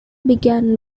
began